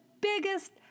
biggest